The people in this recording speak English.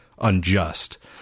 unjust